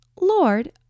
Lord